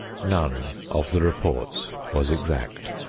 none of the reports was exact.